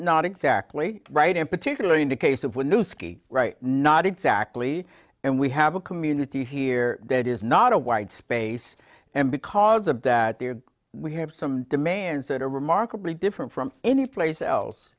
not exactly right and particularly in the case of one new ski right not exactly and we have a community here that is not a white space and because of that we have some demands that are remarkably different from any place else